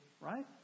right